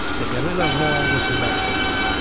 the guerrilla war was merciless,